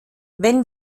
wenn